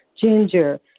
ginger